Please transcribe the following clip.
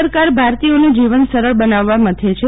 સરકાર ભારતીયોનું જીવન સરળ બનાવવા મથે છે